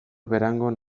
berangon